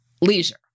leisure